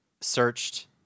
searched